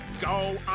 Go